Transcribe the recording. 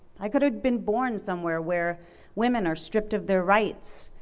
i could have been born somewhere where women are stripped of their rights,